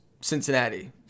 Cincinnati